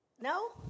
No